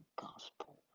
gospel